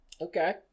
Okay